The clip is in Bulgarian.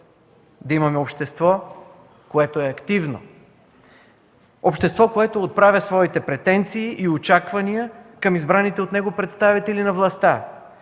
да имаме общество, което е активно, общество, което отправя своите претенции и очаквания към избраните от него представители на властта,